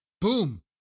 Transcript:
boom